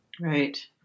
Right